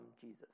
Jesus